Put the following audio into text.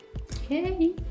Okay